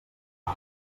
cal